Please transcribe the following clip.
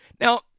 Now